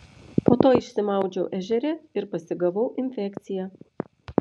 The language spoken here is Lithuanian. po to išsimaudžiau ežere ir pasigavau infekciją